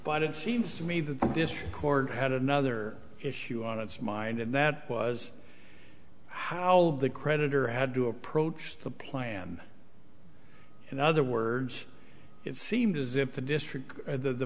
but it seems to me that the district court had another issue on its mind and that was how the creditor had to approach the plan in other words it seemed as if the district the